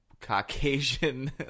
Caucasian